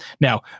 Now